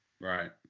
Right